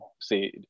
See